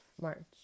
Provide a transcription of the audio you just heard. March